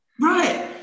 right